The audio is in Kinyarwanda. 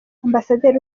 ambasaderi